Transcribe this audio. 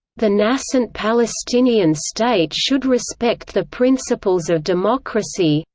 the nascent palestinian state should respect the principles of democracy,